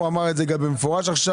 הוא אמר את זה גם במפורש עכשיו.